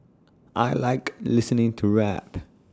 I Like listening to rap